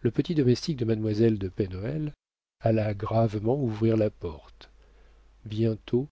le petit domestique de mademoiselle de pen hoël alla gravement ouvrir la porte bientôt